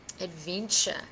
adventure